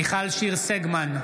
מיכל שיר סגמן,